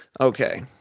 Okay